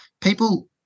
people